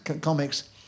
comics